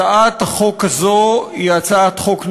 הצעת החוק הזו היא הצעת חוק נוראה,